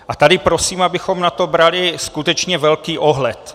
A tady prosím, abychom na to brali skutečně velký ohled.